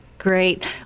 Great